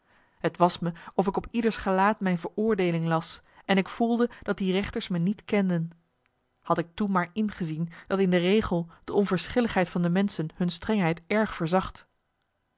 het was me of ik op ieders gelaat mijn veroordeeling las en ik voelde dat die rechters me niet kenden had ik toen maar ingezien dat in de regel de onverschilligheid van de menschen hun strengheid erg verzacht